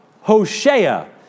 Hoshea